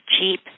cheap